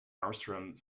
armstrong